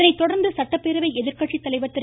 இதனைத்தொடர்ந்து சட்டப்பேரவை எதிர்கட்சித்தலைவர் திரு